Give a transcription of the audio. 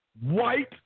White